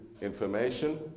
information